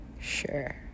Sure